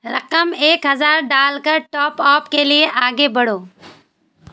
رقم ایک ہزار ڈال کر ٹاپ اپ کے لیے آگے بڑھو